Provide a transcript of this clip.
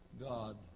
God